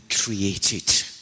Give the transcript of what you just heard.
created